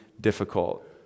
difficult